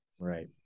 Right